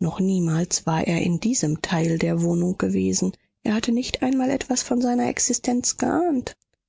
noch niemals war er in diesem teil der wohnung gewesen er hatte nicht einmal etwas von seiner existenz geahnt